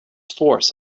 force